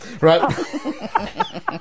Right